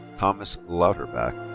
thomas lauterbach.